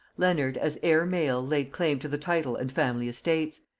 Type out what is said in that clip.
leonard as heir male laid claim to the title and family estates,